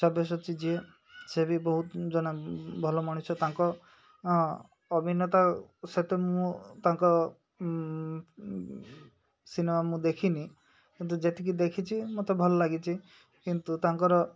ସବ୍ୟଶାଚୀ ଯିଏ ସେ ବି ବହୁତ ଜଣେ ଭଲ ମଣିଷ ତାଙ୍କ ଅଭିନେତା ସେତେ ମୁଁ ତାଙ୍କ ସିନେମା ମୁଁ ଦେଖିନି କିନ୍ତୁ ଯେତିକି ଦେଖିଛି ମୋତେ ଭଲ ଲାଗିଛି କିନ୍ତୁ ତାଙ୍କର